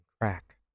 crack